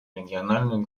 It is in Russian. региональную